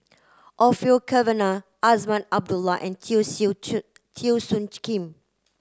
Orfeur Cavenagh Azman Abdullah and Teo Soon Teo Soon Kim